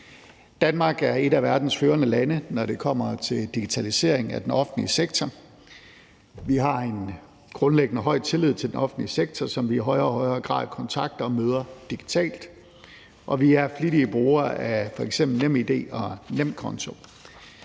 Danmark er et af verdens førende lande, når det kommer til digitalisering af den offentlige sektor. Vi har en grundlæggende høj tillid til den offentlige sektor, som vi i højere og højere grad kontakter og møder digitalt, og vi er flittige brugere af f.eks. NemID og nemkonto.